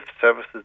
services